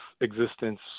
existence